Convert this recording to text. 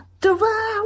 Devour